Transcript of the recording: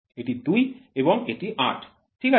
এটি ২ এবং এটি ৮ ঠিক আছে